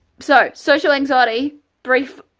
so social anxiety brief,